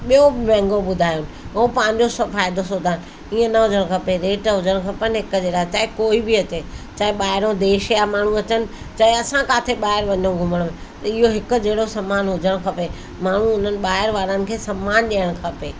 ॿियो बि महांगो ॿुधायोनि उहो पंहिंजो सो फ़ाइदो सोधन हीअं न हुजणु खपे रेट हुजण खपेनि हिकु जहिड़ा चाहे कोई बि अचे चाहे ॿाहिरियों देश जा माण्हू अचनि चाहे असां काथे ॿाहिरि वञू घुमण त इहो हिक जहिड़ो सम्मान हुजणु खपे माण्हू उन्हनि ॿाहिरि वारनि सम्मान ॾियणु खपे